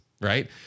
right